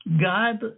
god